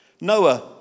Noah